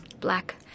black